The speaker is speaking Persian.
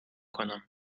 کنم